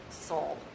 soul